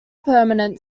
permanent